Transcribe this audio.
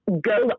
go